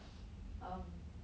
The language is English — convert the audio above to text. um